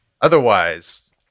Otherwise